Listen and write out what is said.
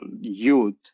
youth